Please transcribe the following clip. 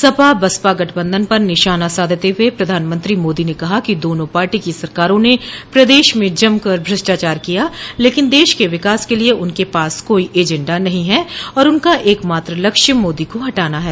सपा बसपा गठबंधन पर निशाना साधते हुए प्रधानमत्री मोदी ने कहा कि दोनों पार्टी की सरकारों ने प्रदेश में जमकर भ्रष्टाचार किया लेकिन देश के विकास क लिये उनके पास कोई एजेंडा नहीं है और उनका एकमात्र लक्ष्य मोदी को हटाना है